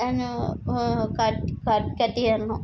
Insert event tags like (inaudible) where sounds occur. (unintelligible) கட்டிரணும்